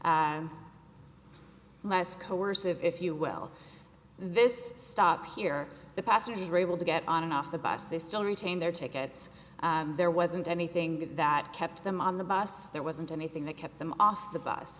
coercive if you will this stop here the passengers were able to get on and off the bus they still retain their tickets there wasn't anything that kept them on the bus there wasn't anything that kept them off the bus